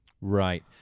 Right